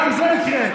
גם זה יקרה.